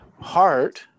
heart